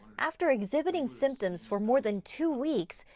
after exhibiting symptoms for more than two weeks,